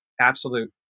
Absolute